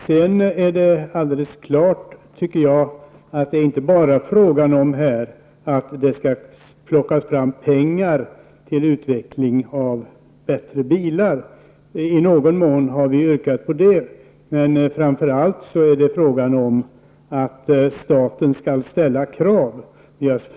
Jag tycker att det är klart att det inte bara är fråga om att det skall plockas fram pengar till en utveckling av bättre bilar. I någon mån har vi yrkat på det, men det är framför allt fråga om att staten skall ställa krav.